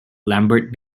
lambert